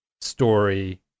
story